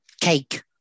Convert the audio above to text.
cake